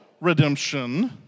redemption